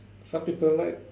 some people like